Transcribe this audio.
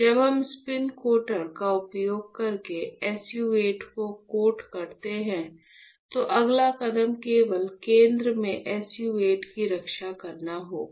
जब हम spin coater का उपयोग करके SU 8 को कोट करते हैं तो अगला कदम केवल केंद्र में SU 8 की रक्षा करना होगा